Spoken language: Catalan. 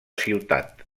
ciutat